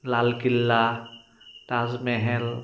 Lal Qila Taj Mahal